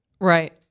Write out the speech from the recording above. right